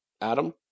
Adam